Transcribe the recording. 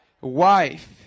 wife